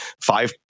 Five